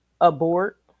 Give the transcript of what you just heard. abort